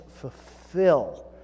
fulfill